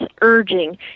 urging